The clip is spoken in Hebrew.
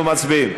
אנחנו מצביעים.